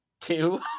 two